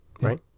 right